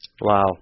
Wow